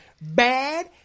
bad